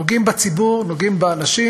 נוגעים בציבור, נוגעים באנשים.